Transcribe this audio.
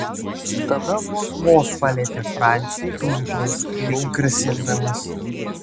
tada vos vos palietė francį krumpliais lyg grasindamas